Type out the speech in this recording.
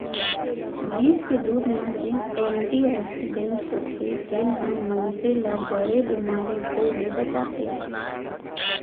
भईंस के दूद म जेन एंटी आक्सीडेंट्स होथे तेन ह मनसे ल बड़े बेमारी होय ले बचाथे